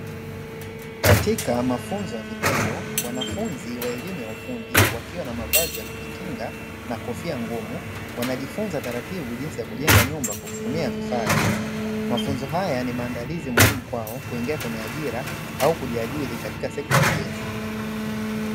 Katika mafunzo ya vitendo, wanafunzi wa elimu ya ufundi wakiwa na mavazi ya kujikinga na kofia ngumu, wanajifunza taratibu jinsi ya kujenga nyumba kwa kutumia vifaa halisi. Mafunzo haya ni maandalizi muhimu kwao, kuingia kwenye ajira au kujiajiri katika sekta ya ujenzi.